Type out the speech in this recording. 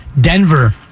Denver